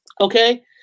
okay